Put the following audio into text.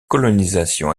colonisation